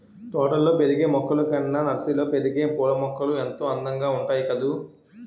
తోటల్లో పెరిగే మొక్కలు కన్నా నర్సరీలో పెరిగే పూలమొక్కలు ఎంతో అందంగా ఉంటాయి కదూ